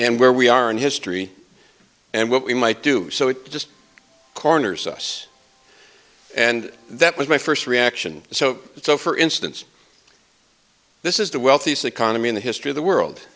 and where we are in history and what we might do so it just corners us and that was my first reaction so so for instance this is the wealthiest economy in the history of the world